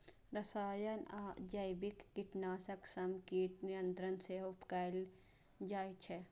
रसायन आ जैविक कीटनाशक सं कीट नियंत्रण सेहो कैल जाइ छै